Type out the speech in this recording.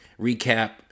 recap